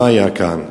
מה היה כאן.